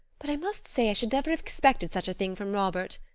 but i must say i should never have expected such a thing from robert.